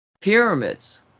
pyramids